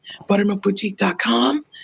buttermilkboutique.com